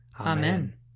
Amen